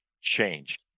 change